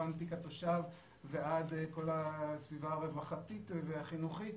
כמו תיק התושב ועד הסביבה הרווחתית והחינוכית